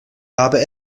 habe